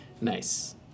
Nice